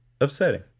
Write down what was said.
upsetting